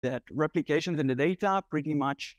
רפליקציה ומידע כמעט